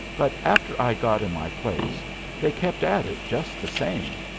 but after i got in my place they kept at it just the same,